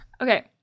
Okay